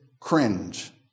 cringe